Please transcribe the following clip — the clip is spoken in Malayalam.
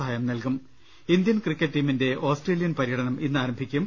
സഹായം നൽകും ഇന്ത്യൻ ക്രിക്കറ്റ് ടീമിന്റെ ഓസ്ട്രേലിയൻ പര്യടനം ഇന്ന് ആരംഭിക്കും